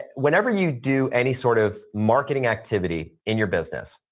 whenever you do any sort of marketing activity in your business,